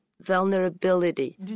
Vulnerability